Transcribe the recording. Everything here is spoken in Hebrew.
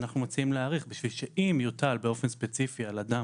אנחנו מציעים להאריך בשביל שאם יוטל באופן ספציפי על אדם